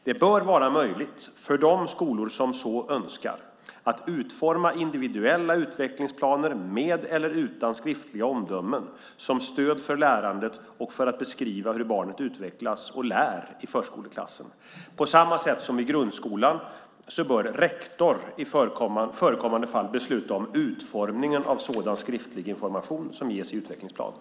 Det bör vara möjligt, för de skolor som så önskar, att utforma individuella utvecklingsplaner med eller utan skriftliga omdömen som stöd för lärandet och för att beskriva hur barnet utvecklas och lär i förskoleklassen. På samma sätt som i grundskolan bör rektorn i förekommande fall besluta om utformningen av sådan skriftlig information som ges i utvecklingsplanen.